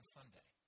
Sunday